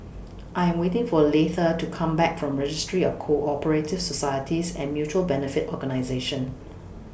I'm waiting For Leitha to Come Back from Registry of Co Operative Societies and Mutual Benefit Organisations